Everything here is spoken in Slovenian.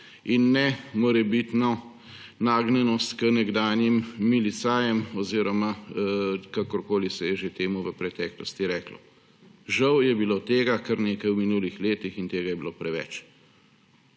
in ne morebitno nagnjenost k nekdanjim milicajem oziroma kakorkoli se je že v preteklosti reklo. Žal je bilo tega kar nekaj v minulih letih in tega je bilo preveč.